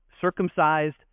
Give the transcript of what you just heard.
circumcised